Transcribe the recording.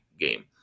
game